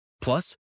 Plus